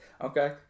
Okay